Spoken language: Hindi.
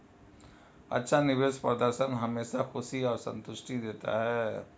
अच्छा निवेश प्रदर्शन हमेशा खुशी और संतुष्टि देता है